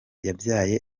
yabyaye